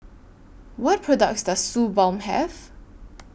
What products Does Suu Balm Have